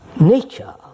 nature